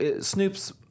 Snoop's